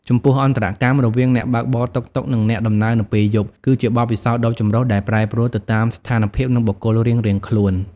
ចំពោះ អន្តរកម្មរវាងអ្នកបើកបរតុកតុក និងអ្នកដំណើរនៅពេលយប់ គឺជាបទពិសោធន៍ដ៏ចម្រុះ ដែលប្រែប្រួលទៅតាមស្ថានភាព និងបុគ្គលរៀងៗខ្លួន។